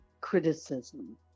criticism